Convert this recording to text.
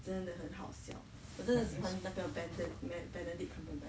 真的很好笑我真的喜欢那个 benedict mad benedict cumberbatch